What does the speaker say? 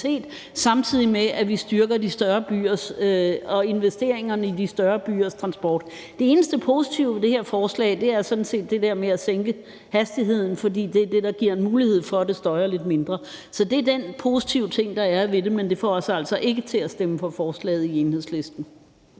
samtidig med at vi styrker investeringerne i de større byers transport. Det eneste positive ved det her lovforslag er sådan set det der med at sænke hastigheden, for det er det, der giver mulighed for, at det støjer lidt mindre. Så det er den positive ting, der er ved det. Men det får os altså ikke til i Enhedslisten